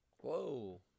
Whoa